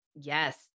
yes